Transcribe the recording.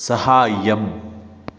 साहाय्यम्